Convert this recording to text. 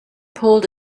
pulled